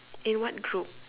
in what group